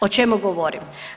O čemu govorim?